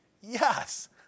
yes